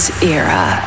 era